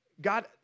God